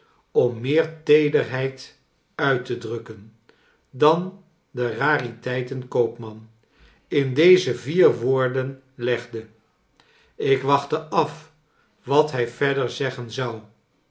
om meer teederheid uit te drukken dan de rariteitenkoopman in deze vier woorden legde ik wachtte af wat hij verder zeggen zou